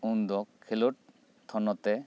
ᱩᱱᱫᱚ ᱠᱷᱮᱞᱳᱰ ᱦᱚᱸ ᱱᱚᱛᱮ